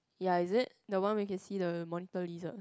ya is it that one we can see the monitor lizard